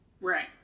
Right